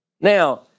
Now